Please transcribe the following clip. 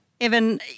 Evan